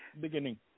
beginning